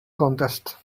contest